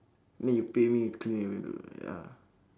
then you pay me to clean your window ya